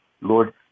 Lord